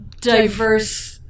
diverse